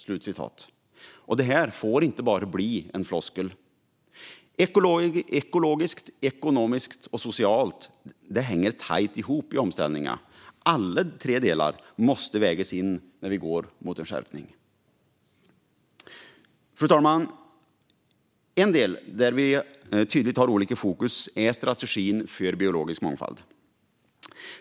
Detta får inte bara bli en floskel. Ekologiskt, ekonomiskt och socialt hänger tajt ihop i omställningen. Alla tre delar måste vägas in när vi går mot en skärpning. Fru talman! En del där vi tydligt har olika fokus är strategin för biologisk mångfald.